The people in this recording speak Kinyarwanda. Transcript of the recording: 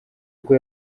ubwo